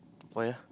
why ah